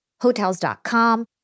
Hotels.com